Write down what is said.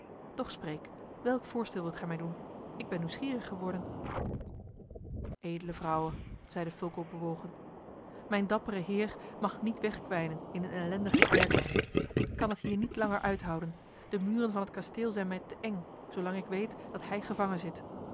doch spreek welk voorstel wilt gij mij doen ik ben nieuwsgierig geworden edele vrouwe zeide fulco bewogen mijn dappere heer mag niet wegkwijnen in een ellendigen kerker ik kan het hier niet langer uithouden de muren van heb kasteel zijn mij te eng zoolang ik weet dat hij gevangen zit